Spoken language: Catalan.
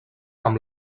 amb